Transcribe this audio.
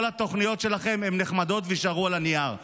התוכניות שלכם הן נחמדות ויישארו על הנייר.